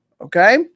Okay